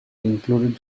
included